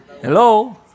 Hello